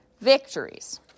victories